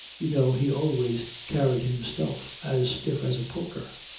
you know he always carried himself as stiff as a poker.